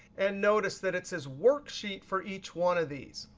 and notice that it says worksheet for each one of these.